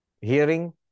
hearing